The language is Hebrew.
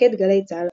מפקד גלי צה"ל,